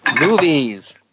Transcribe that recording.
Movies